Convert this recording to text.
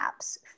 apps